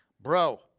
bro